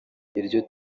iryo